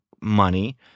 money